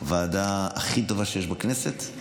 הוועדה הכי טובה שיש בכנסת,